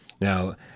Now